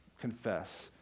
confess